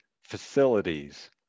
facilities